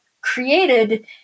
created